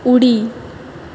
उडी